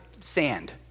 sand